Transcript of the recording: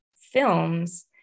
films